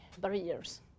barriers